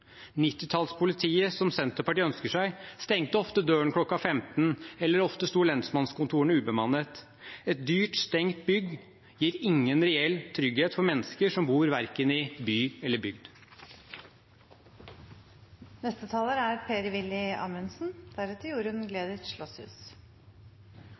som Senterpartiet ønsker seg, stengte ofte døren kl. 15, eller ofte stod lensmannskontorene ubemannet. Et dyrt, stengt bygg gir ingen reell trygghet for mennesker verken i by eller bygd. Statens aller viktigste oppgave er